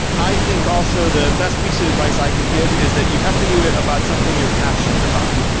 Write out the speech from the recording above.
i think also the best piece of advice i can give is that you have to do it about something you're passionate about.